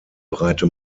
breite